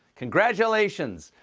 congratulations,